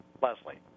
Leslie